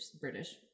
British